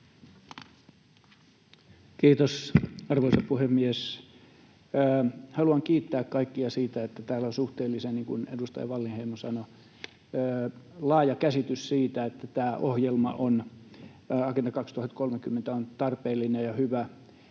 Kiitos, arvoisa puhemies! Haluan kiittää kaikkia siitä, että täällä on suhteellisen — niin kuin edustaja Wallinheimo sanoi — laaja käsitys siitä, että tämä ohjelma, Agenda 2030, on tarpeellinen ja hyvä.